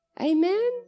Amen